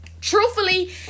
truthfully